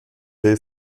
will